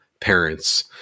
Parents